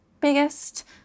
biggest